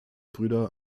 brüder